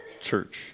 church